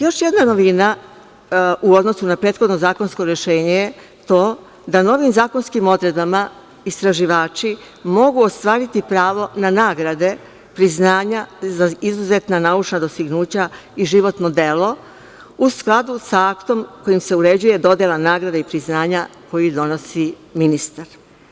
Još jedna novina u odnosu na prethodno zakonsko rešenje je to da novim zakonskim odredbama istraživači mogu ostvariti pravo na nagrade, priznanja za izuzetna naučna dostignuća i životno delo u skladu sa aktom kojim se uređuje dodela nagrada i priznanja koju donosi ministar.